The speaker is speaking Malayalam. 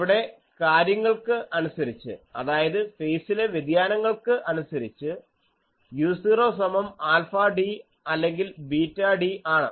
അവിടെ കാര്യങ്ങൾക്ക് അനുസരിച്ച് അതായത് ഫേസിലെ വ്യതിയാനങ്ങൾക്ക് അനുസരിച്ച് u0 സമം ആൽഫ d അല്ലെങ്കിൽ ബീറ്റ d ആണ്